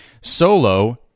solo